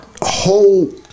whole